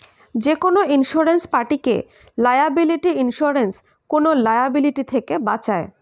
যেকোনো ইন্সুরেন্স পার্টিকে liability insurance কোন লায়াবিলিটি থেকে বাঁচায়